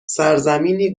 سرزمینی